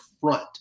front